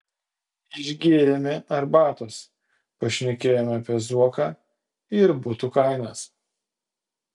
išgėrėme arbatos pašnekėjome apie zuoką ir butų kainas